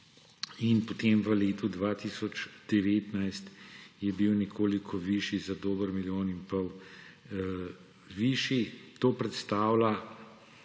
in potem v letu 2019 je bil nekoliko višji, za dober milijon in pol višji. To predstavlja